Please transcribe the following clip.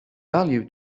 value